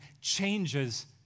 changes